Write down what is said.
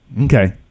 Okay